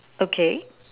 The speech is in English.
okay